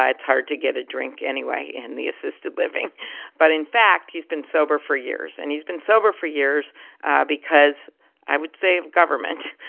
it's hard to get a drink anyway in the assisted living but in fact, he's been sober for years. and he's been sober for years because i would say government,